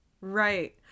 Right